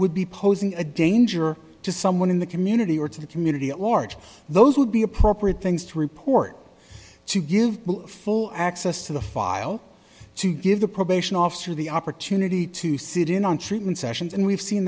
would be posing a danger to someone in the community or to the community at large those would be appropriate things to report to give full access to the file to give the probation officer the opportunity to sit in on treatment sessions and we've seen